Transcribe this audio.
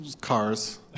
Cars